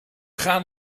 gaan